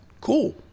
Cool